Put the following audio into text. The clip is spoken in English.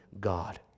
God